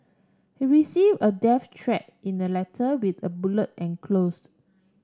he receive a death threat in a letter with a bullet enclosed